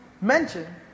mention